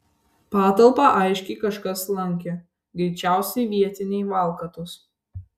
patalpą aiškiai kažkas lankė greičiausiai vietiniai valkatos